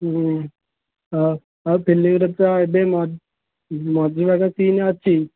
ହଉ ଫିଲ୍ମରେ ତ ଏବେ ମଝି ବା ସିନ୍ ଅଛି